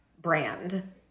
brand